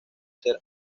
ser